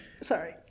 Sorry